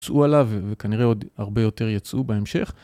יצאו עליו וכנראה עוד הרבה יותר יצאו בהמשך.